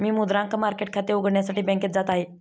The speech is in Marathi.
मी मुद्रांक मार्केट खाते उघडण्यासाठी बँकेत जात आहे